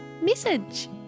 message